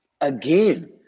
again